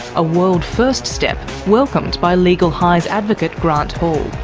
a world first step welcomed by legal highs advocate grant hall.